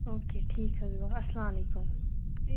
okay ٹھیٖک حظ گوٚو اسلامُ علیکُم